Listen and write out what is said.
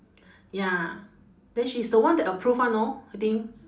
ya then she is the one that approve [one] know I think